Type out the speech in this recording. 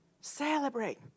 celebrate